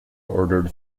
ordered